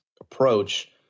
approach